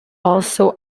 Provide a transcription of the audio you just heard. also